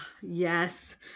Yes